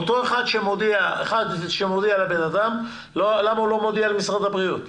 מי שמדווח לאדם, למה הוא לא מודיע למשרד הבריאות?